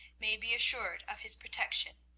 may be assured of his protection.